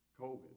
COVID